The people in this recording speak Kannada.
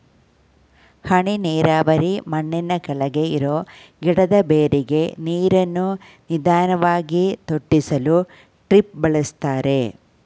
ಹನಿ ನೀರಾವರಿ ಮಣ್ಣಿನಕೆಳಗೆ ಇರೋ ಗಿಡದ ಬೇರಿಗೆ ನೀರನ್ನು ನಿಧಾನ್ವಾಗಿ ತೊಟ್ಟಿಸಲು ಡ್ರಿಪ್ ಬಳಸ್ತಾರೆ